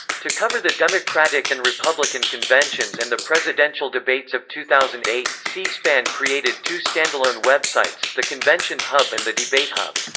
to cover the democratic and republican conventions and the presidential debates of two thousand and eight, c-span created two standalone websites the convention hub and the debate hub.